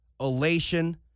elation